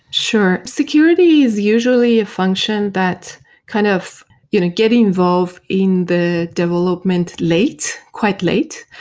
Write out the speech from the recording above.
sure. security is usually function that kind of you know getting involved in the development late, quite late,